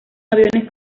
aviones